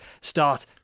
start